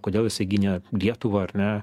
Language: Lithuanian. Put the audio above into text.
kodėl jisai gynė lietuvą ar ne